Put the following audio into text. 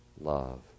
love